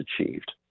achieved